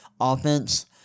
offense